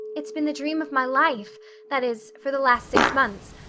it's been the dream of my life that is, for the last six months,